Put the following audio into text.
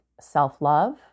self-love